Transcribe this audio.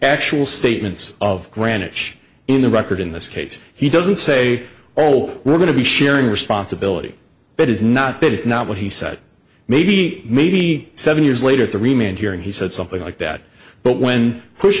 actual statements of greenwich in the record in this case he doesn't say all we're going to be sharing responsibility but is not that is not what he said maybe maybe seven years later to remain here and he said something like that but when push